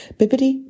Bibbidi